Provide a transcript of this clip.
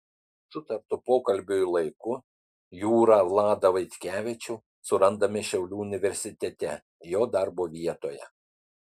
sutartu pokalbiui laiku jūrą vladą vaitkevičių surandame šiaulių universitete jo darbo vietoje